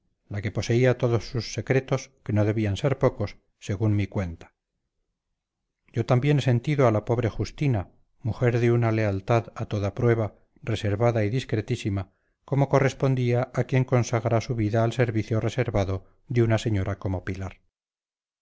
la que poseía todos sus secretos que no debían ser pocos según mi cuenta yo también he sentido a la pobre justina mujer de una lealtad a toda prueba reservada y discretísima como correspondía a quien consagra su vida al servicio reservado de una señora como pilar